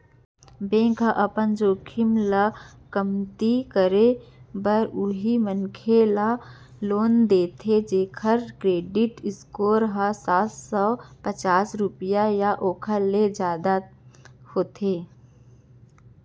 bank ह अपन जोखिम ल कमती करे बर उहीं मनखे ल लोन देथे जेखर करेडिट स्कोर ह सात सव पचास रुपिया या ओखर ले जादा होथे